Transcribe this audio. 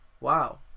Wow